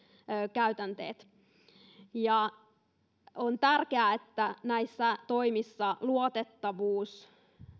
käytänteet on tärkeää että näissä toimissa luotettavuus